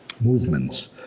movements